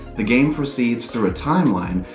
the game proceeds through a timeline,